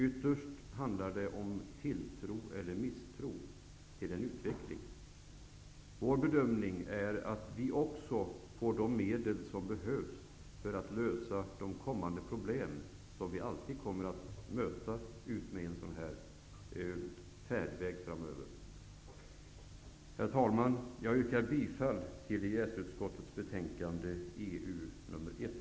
Ytterst handlar det om tilltro eller misstro till en utveckling. Vår bedömning är att vi också får de medel som behövs för att lösa de kommande problem som vi alltid kommer att möta utmed en sådan färdväg framöver. Herr talman! Jag yrkar bifall till EES-utskottets betänkande 1992/93:EU1.